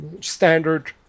standard